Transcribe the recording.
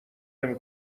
نمی